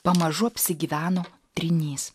pamažu apsigyveno trynys